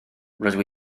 rydw